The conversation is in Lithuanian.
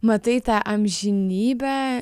matai tą amžinybę